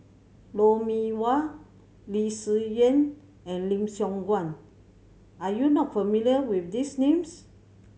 Lou Mee Wah Lee Si Shyan and Lim Siong Guan are you not familiar with these names